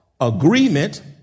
Agreement